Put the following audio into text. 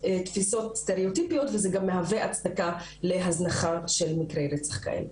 תפיסות סטריאוטיפיות וזה גם מהווה הצדקה להזנחה של מקרי רצח כאלה.